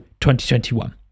2021